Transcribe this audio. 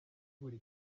buri